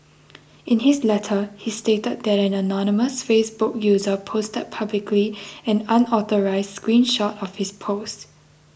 in his letter he stated that an anonymous Facebook user posted publicly an unauthorised screen shot of his post